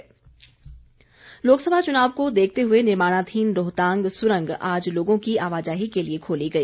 रोहतांग सुरंग लोकसभा चुनाव को देखते हुए निर्माणाधीन रोहतांग सुरंग आज लोगों की आवाजाही के लिए खोली गई